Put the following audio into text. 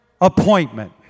appointment